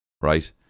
right